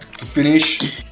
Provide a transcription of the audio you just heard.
finish